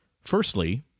Firstly